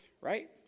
right